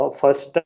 first